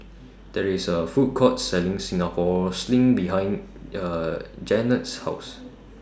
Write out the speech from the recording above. There IS A Food Court Selling Singapore Sling behind Jannette's House